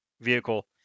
vehicle